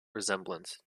resemblance